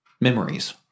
memories